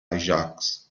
jacques